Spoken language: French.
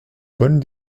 bonne